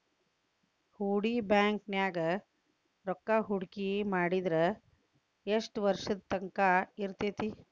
ಹೂಡಿ ಬ್ಯಾಂಕ್ ನ್ಯಾಗ್ ರೂಕ್ಕಾಹೂಡ್ಕಿ ಮಾಡಿದ್ರ ಯೆಷ್ಟ್ ವರ್ಷದ ತಂಕಾ ಇರ್ತೇತಿ?